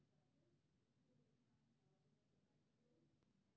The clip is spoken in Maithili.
भारत मे जादेतर ओक मूंगा एरी के फार्मिंग कैल जाइ छै